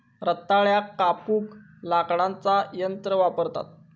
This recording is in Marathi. रताळ्याक कापूक लाकडाचा यंत्र वापरतत